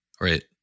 Right